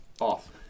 off